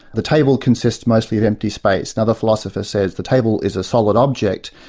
the table consists mostly of empty space. another philosopher says, the table is a solid object.